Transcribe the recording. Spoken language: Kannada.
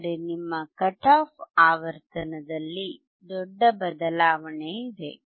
ಆದರೆ ನಿಮ್ಮ ಕಟ್ ಆಫ್ ಆವರ್ತನದಲ್ಲಿ ದೊಡ್ಡ ಬದಲಾವಣೆಯಿದೆ